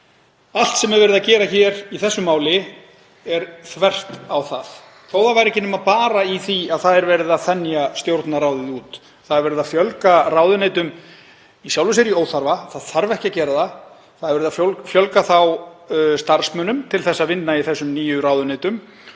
Allt sem er verið að gera í þessu máli er þvert á það, þó ekki væri nema bara í því að verið er að þenja Stjórnarráðið út. Það er verið að fjölga ráðuneytum í sjálfu sér í óþarfa, það þarf ekki að gera það. Það er verið að fjölga starfsmönnum til að vinna í þessum nýju ráðuneytum